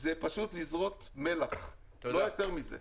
זה פשוט לזרות מלח, לא יותר מזה.